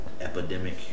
epidemic